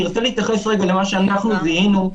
אני רוצה להתייחס למה שאנחנו זיהינו,